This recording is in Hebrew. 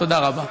תודה רבה.